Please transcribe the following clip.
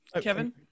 Kevin